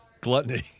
gluttony